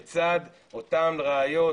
לצד אותן ראיות,